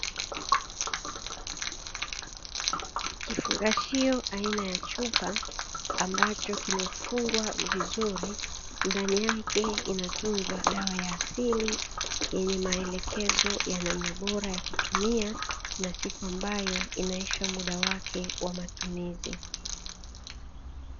Kifungashio aina ya chupa, ambacho kimefungwa vizuri, ndani yake inatunzwa dawa ya asili yenye maelekezo ya namna bora ya kutumia, na siku ambayo inaisha muda wake wa matumizi.